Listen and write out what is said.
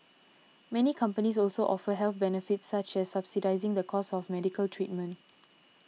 many companies also offer health benefits such as subsidising the cost of medical treatment